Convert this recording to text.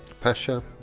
Pasha